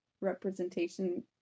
representation